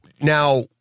now